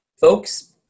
Folks